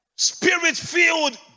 Spirit-filled